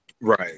Right